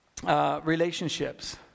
Relationships